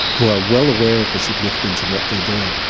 who are well aware of the significance of what they're doing.